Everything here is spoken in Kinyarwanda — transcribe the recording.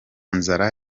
nzara